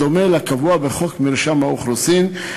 בדומה לקבוע בחוק מרשם האוכלוסין,